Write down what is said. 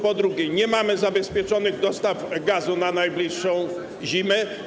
Po drugie, nie mamy zabezpieczonych dostaw gazu na najbliższą zimę.